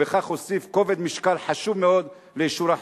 ובכך הוסיף כובד משקל חשוב מאוד לאישור החוק.